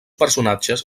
personatges